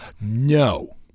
No